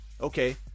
Okay